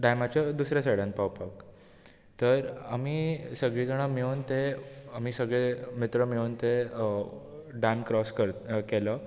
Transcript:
डेमाच्या दुसऱ्या सायडान पावपाक तर आमी सगळीं जाणां मेळून ते आमी सगळे मित्र मेळून ते डेम क्राॅस करता केलो